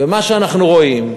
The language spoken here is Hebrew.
ובין מה שאנחנו רואים,